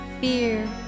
fear